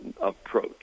approach